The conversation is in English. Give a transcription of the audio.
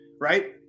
right